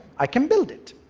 i can build it.